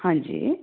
ਹਾਂਜੀ